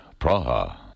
Praha